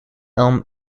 elm